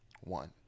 One